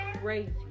Crazy